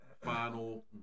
final